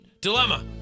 Dilemma